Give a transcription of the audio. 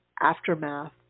aftermath